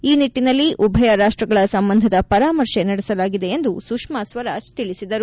ಈ ನಿಟ್ಟನಲ್ಲಿ ಉಭಯ ರಾಷ್ಟಗಳ ಸಂಬಂಧದ ಪರಾಮರ್ಶೆ ನಡೆಸಲಾಗಿದೆ ಎಂದು ಸುಷ್ಮಾ ಸ್ವರಾಜ್ ತಿಳಿಸಿದರು